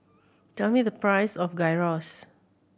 tell me the price of Gyros